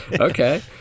okay